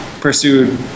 pursued